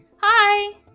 Hi